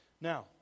Now